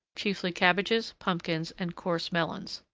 chiefly cabbages, pumpkins, and coarse melons.